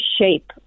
shape